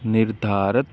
ਨਿਰਧਾਰਿਤ